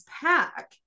pack